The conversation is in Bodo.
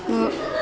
गु